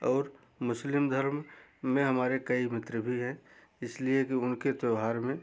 और मुस्लिम धर्म में हमारे कई मित्र भी हैं इसलिए कि उनके त्यौहार में